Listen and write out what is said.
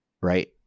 right